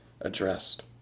addressed